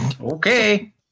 okay